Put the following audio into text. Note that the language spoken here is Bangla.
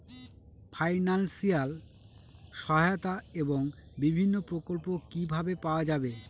ফাইনান্সিয়াল সহায়তা এবং বিভিন্ন প্রকল্প কিভাবে পাওয়া যাবে?